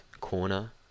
corner